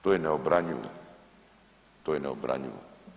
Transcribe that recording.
To je neobranjivo, to je neobranjivo.